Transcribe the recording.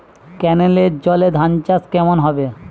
কেনেলের জলে ধানচাষ কেমন হবে?